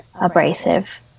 abrasive